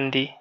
na leta.